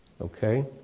Okay